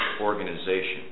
organization